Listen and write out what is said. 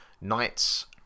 knights